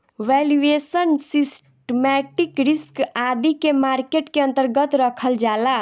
valuation, systematic risk आदि के market के अन्तर्गत रखल जाला